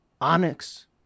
Onyx